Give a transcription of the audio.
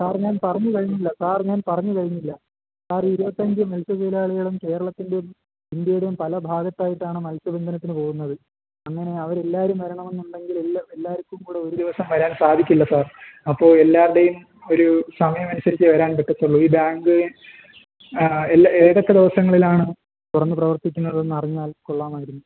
sir ഞാൻ പറഞ്ഞ് കഴിഞ്ഞില്ല സാർ ഞാൻ പറഞ്ഞ് കഴിഞ്ഞില്ല സാർ ഇരുപത്തഞ്ച് മത്സ്യ തൊഴിലാളികളും കേരളത്തിൻറെയും ഇന്ത്യയുടെയും പല ഭാഗത്തായിട്ടാണ് മത്സ്യ ബന്ധനത്തിന് പോകുന്നത് അങ്ങനെ അവർ എല്ലാവരും വരണം എന്നുണ്ടെങ്കിൽ എല്ലാ എല്ലാവർക്കും കൂടെ ഒരു ദിവസം വരാൻ സാധിക്കില്ല സാർ അപ്പോൾ എല്ലാവരുടെയും ഒരു സമയം അനുസരിച്ചേ വരാൻ പറ്റുള്ളൂ ഈ ബാങ്ക് എല്ലാ ഏതൊക്കെ ദിവസങ്ങളിലാണ് തുറന്ന് പ്രവർത്തിക്കുന്നതെന്ന് അറിഞ്ഞാൽ കൊള്ളാമായിരുന്നു